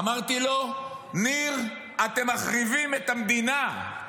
אמרתי לו: ניר, אתם מחריבים את המדינה.